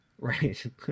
right